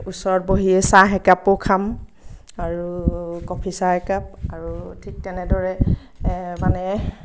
ওচৰত বহি চাহ একাপো খাম আৰু কফি চাপ একাপ আৰু ঠিক তেনেদৰে মানে